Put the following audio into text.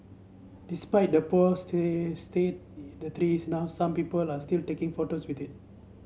despite the poor state the tree is now some people are still taking photos with it